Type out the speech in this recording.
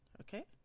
okay